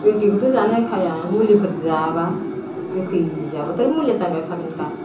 गोखैखौथ' जानो होखाया मुलिफोर जाब्ला गोखै जाब्लाथ' मुलिया दानजाखागोनखा